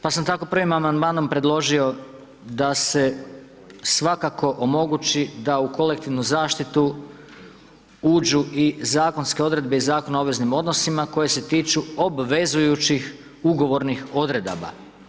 Pa sam tako prvim Amandmanom predložio da se svakako omogući da u kolektivnu zaštitu uđu i zakonske odredbe iz Zakona o obveznim odnosima koji se tiču obvezujućih ugovornih odredaba.